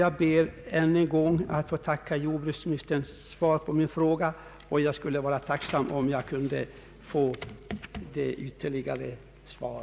Jag ber än en gång att få tacka jordbruksministern för svaret på min fråga, och jag vore tacksam om jag kunde få detta ytterligare svar.